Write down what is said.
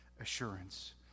assurance